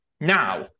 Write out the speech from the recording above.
Now